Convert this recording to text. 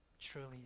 truly